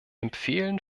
empfehlen